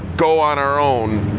go on our own.